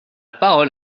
parole